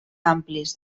amplis